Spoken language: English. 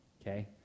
Okay